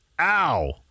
Ow